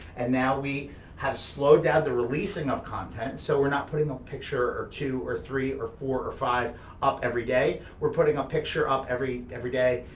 and now we have slowed down the releasing of content, so we're not putting a picture or two or three or four or five up every day, we're putting a picture up every every day,